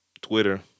Twitter